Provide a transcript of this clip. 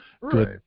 Right